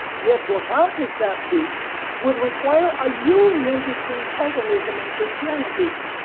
yet to accomplish that feat would require a union between paganism and christianity.